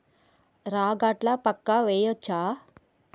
రాగట్ల మక్కా వెయ్యచ్చా?